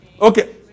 Okay